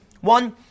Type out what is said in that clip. one